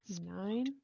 Nine